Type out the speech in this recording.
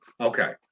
okay